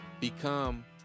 become